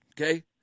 Okay